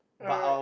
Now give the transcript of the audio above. ah right